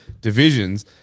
divisions